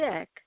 sick